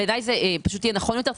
בעיניי זה יהיה נכון יותר,